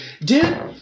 Dude